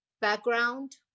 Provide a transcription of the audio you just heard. background